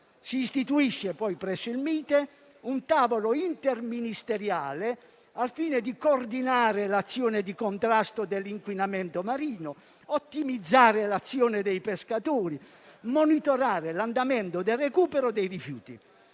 Si istituisce poi presso il Mite un tavolo interministeriale al fine di coordinare l'azione di contrasto dell'inquinamento marino, di ottimizzare l'azione dei pescatori e di monitorare l'andamento del recupero dei rifiuti.